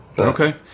okay